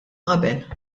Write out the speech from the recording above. qabel